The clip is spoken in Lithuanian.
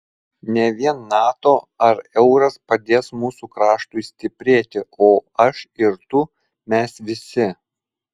ne vien nato ar euras padės mūsų kraštui stiprėti o aš ir tu mes visi